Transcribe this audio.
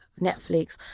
netflix